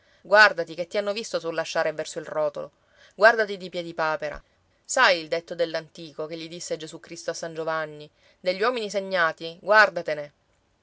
guardati che ti hanno visto sulla sciara e verso il rotolo guardati di piedipapera sai il detto dell'antico che gli disse gesù cristo a san giovanni degli uomini segnati guàrdatene chi